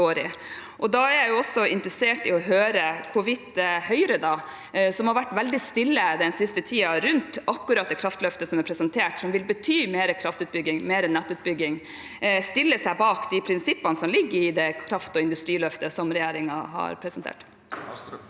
Da er jeg også interessert i å høre hvorvidt Høyre, som har vært veldig stille den siste tiden når det gjelder akkurat det kraftløftet som ble presentert, som vil bety mer kraftutbygging og mer nettutbygging, stiller seg bak de prinsippene som ligger i det kraft- og industriløftet som regjeringen har presentert.